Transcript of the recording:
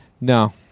No